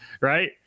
right